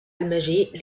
المجيء